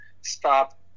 stop